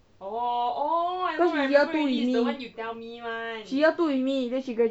because she year two with me then she graduate